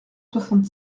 soixante